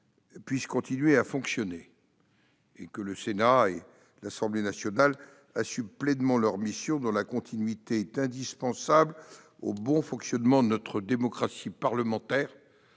puissent continuer à fonctionner et que le Sénat et l'Assemblée nationale assument pleinement leurs missions, dont la continuité est indispensable au bon fonctionnement de notre démocratie parlementaire.